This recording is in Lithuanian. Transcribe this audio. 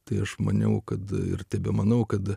tai aš maniau kad ir tebemanau kad